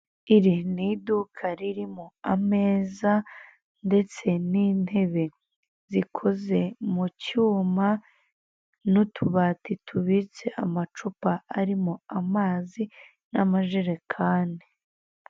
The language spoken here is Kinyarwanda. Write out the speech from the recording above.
Iri ni iduka ririmo ameza, ndetse n'intebe zikoze mu cyuma, n'utubati tubitse amacupa arimo amazi, n'amajerekani.